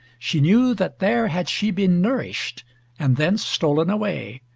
she knew that there had she been nourished and thence stolen away,